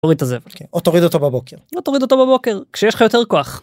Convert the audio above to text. תוריד ת'זבל כן או תוריד אותו בבוקר תוריד אותו בבוקר כשיש לך יותר כוח.